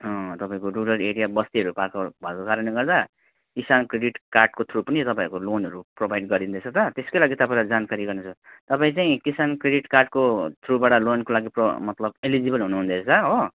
तपाईँको rural area बस्तीहरू भएको भएको कारणले गर्दा किसान क्रेडिट कार्डको थ्रु पनि तपाईँहरूको लोनहरू प्रोभाइड गरिँदैछ त त्यसकै लागि तपाईँलाई जानकारी गर्नु छ तपाईँ चाहिँ किसान क्रेडिट कार्डको थ्रुबाट लोनको लागि प्रो मतलब एलिजिबल हुनुहुँदैछ हो